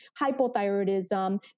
hypothyroidism